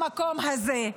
במקום הזה.